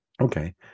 okay